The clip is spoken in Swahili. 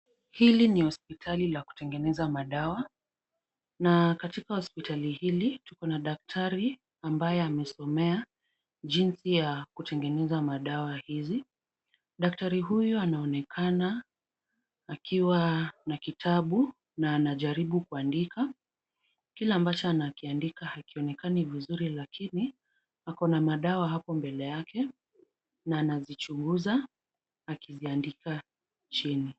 Hili ni hospitali la kutengeneza madawa na katika hospitali hili tuko na daktari, ambaye amesomea jinsi ya ketengeneza madawa hizi. Daktari huyu anaonekana akiwa na kitabu na anajaribu kuandika kile ambacho anakiandika hakionekani vizuri lakini ako na madawa hapo mbele yake na anazichunguza akiziandika chini.